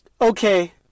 okay